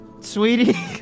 Sweetie